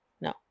No